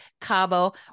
Cabo